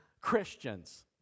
Christians